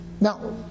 now